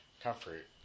comfort